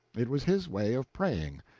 it was his way of praying.